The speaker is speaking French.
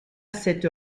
cette